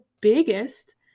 biggest